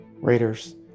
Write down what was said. Raiders